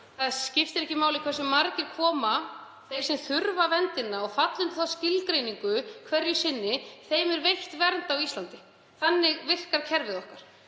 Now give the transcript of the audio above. Það skiptir ekki máli hversu margir koma, þeim sem þurfa vernd, þeim sem falla undir þá skilgreiningu hverju sinni, er veitt vernd á Íslandi. Þannig virkar kerfið okkar.